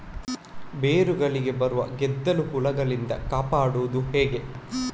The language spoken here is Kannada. ಬೇರುಗಳಿಗೆ ಬರುವ ಗೆದ್ದಲು ಹುಳಗಳಿಂದ ಕಾಪಾಡುವುದು ಹೇಗೆ?